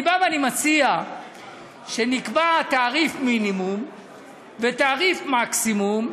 אני בא ואני מציע שנקבע תעריף מינימום ותעריף מקסימום,